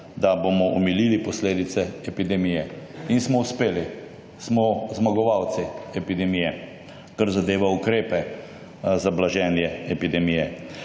da bomo omilili posledice epidemije. In smo uspeli. Smo zmagovalci epidemije, kar zadeva ukrepe za blaženje epidemije.